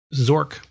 Zork